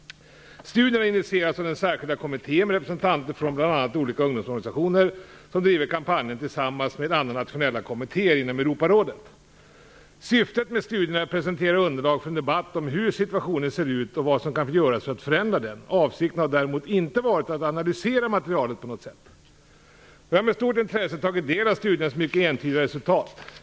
Studien har initierats av den särskilda kommitté, med representanter från bl.a. olika ungdomsorganisationer, som driver kampanjen tillsammans med andra nationella kommittéer inom Europarådet. Syftet med studien är att presentera underlag för en debatt om hur situationen ser ut och vad som kan göras för att förändra den. Avsikten har däremot inte varit att analysera materialet på något sätt. Jag har med stort intresse tagit del av studiens mycket entydiga resultat.